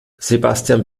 sebastian